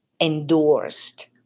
endorsed